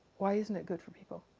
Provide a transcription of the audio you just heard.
why isn't it good for people?